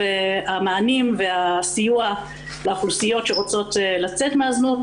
והמענים והסיוע לאוכלוסיות שרוצות לצאת מהזנות,